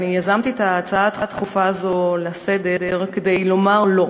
אני יזמתי את ההצעה הדחופה הזו לסדר-היום כדי לומר לא,